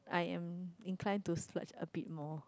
I am incline to search a bit more